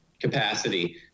capacity